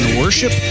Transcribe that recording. worship